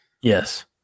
Yes